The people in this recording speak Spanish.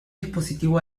dispositivo